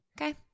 Okay